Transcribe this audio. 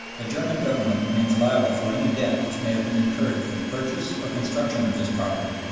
the german government remains liable for any debt which may have been incurred for the purchase or construction of this property,